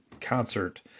concert